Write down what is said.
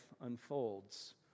unfolds